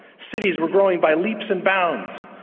cities were growing by leaps and bounds,